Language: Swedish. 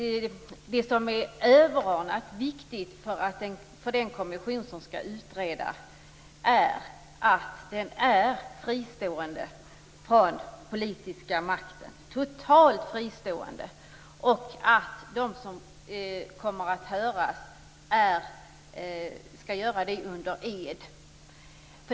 Det överordnat viktiga för den kommission som skall utreda är att den är totalt fristående från den politiska makten och att de aktuella personerna skall höras under ed.